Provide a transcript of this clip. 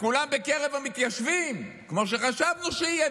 כולם בקרב המתיישבים, כמו שחשבנו שיהיה.